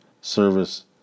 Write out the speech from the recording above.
service